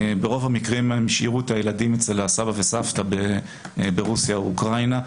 ברוב המקרים הם השאירו את הילדים אצל הסבא וסבתא ברוסיה או אוקראינה,